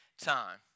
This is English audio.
time